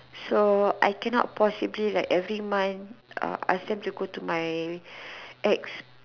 so I cannot possibly like every month uh ask them go to my ex